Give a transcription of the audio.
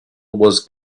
was